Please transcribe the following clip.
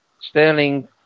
Sterling